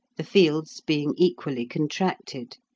the fields being equally contracted.